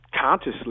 consciously